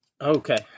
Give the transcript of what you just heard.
Okay